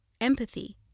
empathy